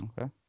okay